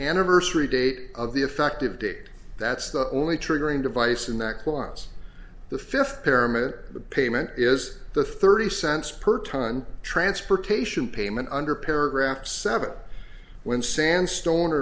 anniversary date of the effective date that's the only triggering device in that clause the fifth peramivir the payment is the thirty cents per tonne transportation payment under paragraph seven when sandstone or